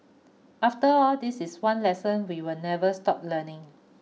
after all this is one lesson we will never stop learning